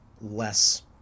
less